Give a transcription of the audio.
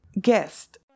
guest